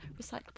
recyclable